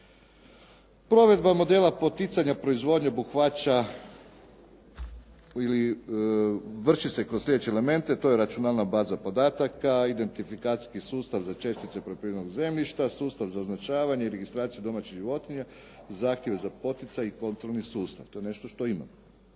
Provedba modela poticanja proizvodnje obuhvaća ili vrši se kroz sljedeće elemente. To je računalna baza podataka, identifikacijski sustav za čestice poljoprivrednog zemljišta, sustav za označavanje i registraciju domaćih životinja, zahtjev za poticaj i kontrolni sustav. To je nešto što imamo.